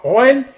oil